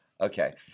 Okay